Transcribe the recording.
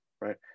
right